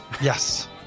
Yes